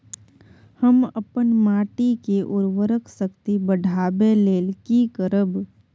हम अपन माटी के उर्वरक शक्ति बढाबै लेल की करब?